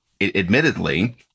admittedly